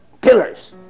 pillars